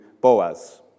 Boaz